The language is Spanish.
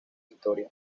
historia